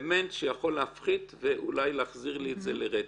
רמת היכולת שלהם לראות איזו שהיא תמונה מעבר לזה היא אפס,